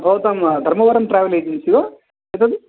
भवतां Dharmavaram travel agency वा इदम्